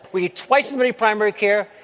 we need twice as many primary care.